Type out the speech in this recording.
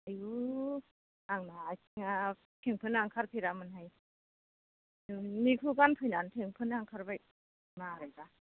आयु आंना आथिङा फेंफोना ओंखारफेरामोनहाय नोंनिखौ गानफैनानै फेंफोना ओंखारबाय मारैबा